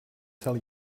tell